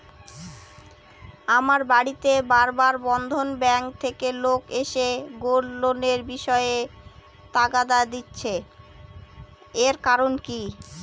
আমার বাড়িতে বার বার বন্ধন ব্যাংক থেকে লোক এসে গোল্ড লোনের বিষয়ে তাগাদা দিচ্ছে এর কারণ কি?